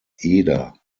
eder